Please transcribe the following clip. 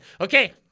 okay